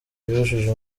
yujuje